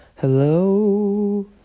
Hello